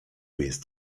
jest